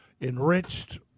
enriched